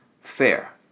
fair